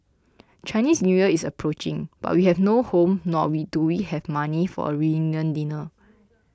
Chinese New Year is approaching but we have no home nor do we have money for a reunion dinner